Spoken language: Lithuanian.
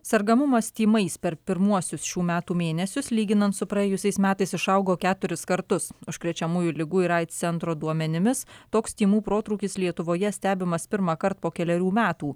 sergamumas tymais per pirmuosius šių metų mėnesius lyginant su praėjusiais metais išaugo keturis kartus užkrečiamųjų ligų ir aids centro duomenimis toks tymų protrūkis lietuvoje stebimas pirmąkart po kelerių metų